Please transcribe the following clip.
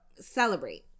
celebrate